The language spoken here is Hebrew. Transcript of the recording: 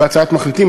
בהצעת מחליטים.